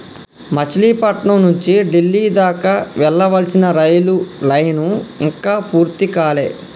మచిలీపట్నం నుంచి డిల్లీ దాకా వేయాల్సిన రైలు లైను ఇంకా పూర్తి కాలే